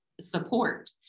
support